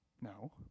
No